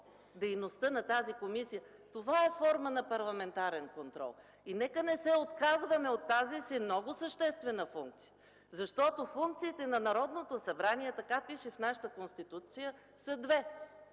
дейността на тази комисия. Това е форма на парламентарен контрол. И нека не се отказваме от тази си много съществена функция. Функциите на Народното събрание – така пише в нашата Конституция, са две,